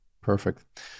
Perfect